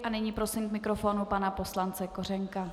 A nyní prosím k mikrofonu pana poslance Kořenka.